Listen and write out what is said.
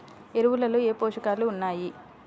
ఎరువులలో ఏ పోషకాలు ఉన్నాయి?